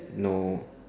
no